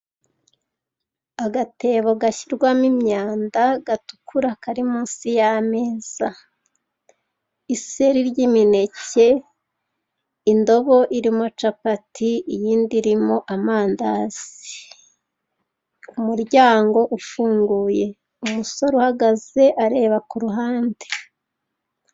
Agatebo gashyirwamo imyanda, gatugura, kari munsi y'ameza. Iseri ry'imineke, indobo irimo capati, iyindi irimo amandazi. Umuryango ufunguye. Umusore uhagaze areba ku ruhande.